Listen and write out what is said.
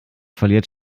verliert